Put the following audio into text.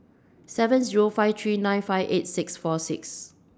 seven Zero five three nine five eight six four six